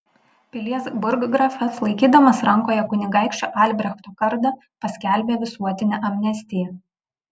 pilies burggrafas laikydamas rankoje kunigaikščio albrechto kardą paskelbė visuotinę amnestiją